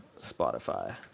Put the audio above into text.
Spotify